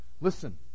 Listen